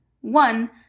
One